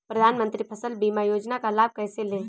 प्रधानमंत्री फसल बीमा योजना का लाभ कैसे लें?